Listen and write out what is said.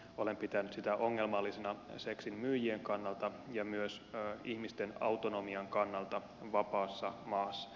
olen pitänyt sitä ongelmallisena seksin myyjien kannalta ja myös ihmisten autonomian kannalta vapaassa maassa